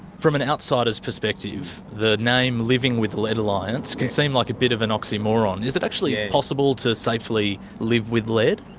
from an outsider's perspective, the name living with lead alliance can seem like a bit of an oxymoron. is it actually possible to safely live with lead?